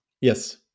Yes